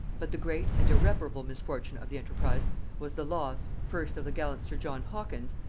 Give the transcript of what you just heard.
but the great and irreparable misfortune of the enterprise was the loss, first of the gallant sir john hawkins,